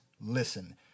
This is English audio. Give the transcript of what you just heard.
listen